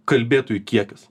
kalbėtojų kiekis